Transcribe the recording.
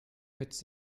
mit